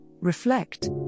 reflect